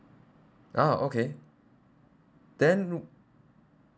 oh okay then